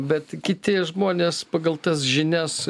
bet kiti žmonės pagal tas žinias